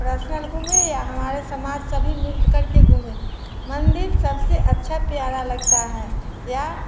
personal घूमे या हमारे समाज सभी मिल करके घूमे मंदिर सबसे अच्छा प्यारा लगता है या